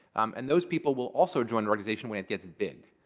and those people will also join an organization when it gets big.